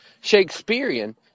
Shakespearean